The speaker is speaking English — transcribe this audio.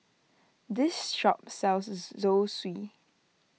this shop sells Zosui